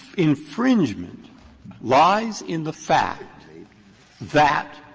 infringement lies in the fact that